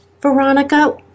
Veronica